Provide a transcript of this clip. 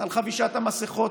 על חבישת המסכות,